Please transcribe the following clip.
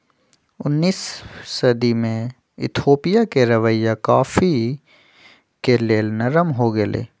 उनइस सदी में इथोपिया के रवैया कॉफ़ी के लेल नरम हो गेलइ